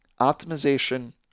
Optimization